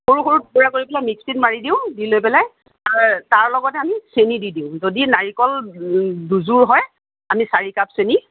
সৰু সৰু টোকোৰা কৰি পেলাই মিক্সিতে মাৰি দিওঁ দি লৈ পেলাই তাৰ তাৰ লগতে আমি চেনী দি দিওঁ যদি নাৰিকল দুযোৰ হয় আমি চাৰিকাপ চেনী